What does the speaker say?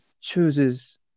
chooses